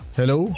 hello